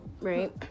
Right